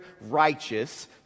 righteous